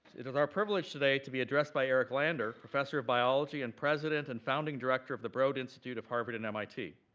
it is our privilege today to be addressed by eric lander, lander, professor of biology and president and founding director of the broad institute of harvard and mit.